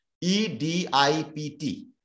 E-D-I-P-T